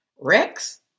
Rex